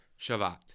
Shavat